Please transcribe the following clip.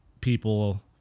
people